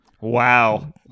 wow